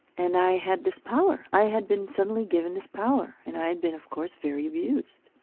and i had this power. i had been suddenly given this power and i had been of course very abused.